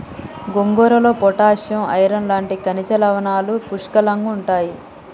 గోంగూరలో potassium, iron లాంటి ఖనిజ లవణాలు పుష్కలంగుంటాయి